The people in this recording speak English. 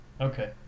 Okay